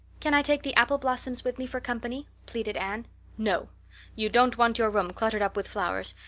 can i take the apple blossoms with me for company? pleaded anne. no you don't want your room cluttered up with flowers.